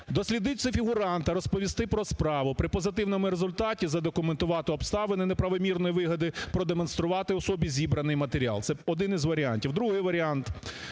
дослідити фігуранта, розповісти про справу, при позитивному результаті задокументувати обставини неправомірної вигоди, продемонструвати особі зібраний матеріал. Це один із варіантів. Другий варіант: